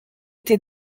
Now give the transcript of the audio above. été